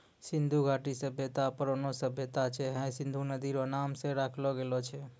सिन्धु घाटी सभ्यता परौनो सभ्यता छै हय सिन्धु नदी रो नाम से राखलो गेलो छै